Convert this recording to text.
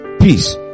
Peace